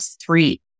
three